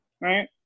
right